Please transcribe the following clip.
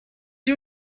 you